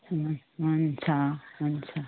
हुन्छ हुन्छ